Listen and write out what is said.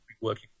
working